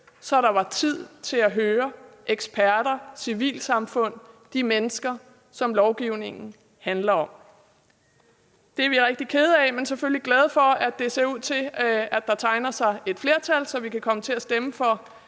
så der var tid til at høre eksperter, civilsamfundet, de mennesker, som lovgivningen handler om. Det er vi rigtig kede af den ikke har gjort. Men vi er selvfølgelig glade for, at det ser ud til, at der tegner sig et flertal, så vi kan komme til at stemme om